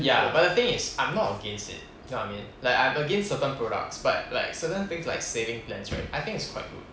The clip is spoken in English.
ya but the thing is I'm not against it you know what I mean like I'm against certain products but like certain things like saving plans right I think it's quite good